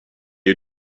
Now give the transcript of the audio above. you